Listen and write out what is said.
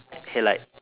headlight